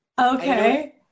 Okay